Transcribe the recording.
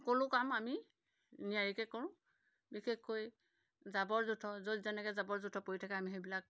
সকলো কাম আমি নিয়াৰিকৈ কৰোঁ বিশেষকৈ জাবৰ জোথৰ য'ত যেনেকৈ জাবৰ জোথৰ পৰি থাকে আমি সেইবিলাক